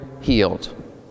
healed